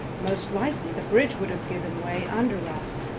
most likely the bridge would have given way under us,